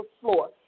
floor